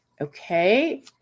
Okay